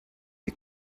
you